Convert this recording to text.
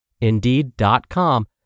Indeed.com